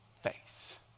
faith